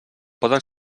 poden